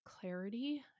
clarity